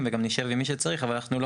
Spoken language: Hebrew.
הוא אותו